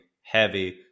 heavy